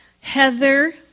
Heather